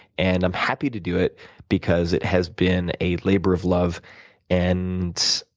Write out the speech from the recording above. and i'm happy to do it because it has been a labor of love and,